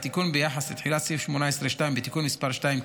התיקון ביחס לתחילת סעיף 18(2) בתיקון מס' 2,